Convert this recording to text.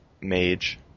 mage